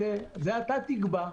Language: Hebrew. את זה אתה תקבע.